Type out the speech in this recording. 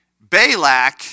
Balak